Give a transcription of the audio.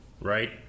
right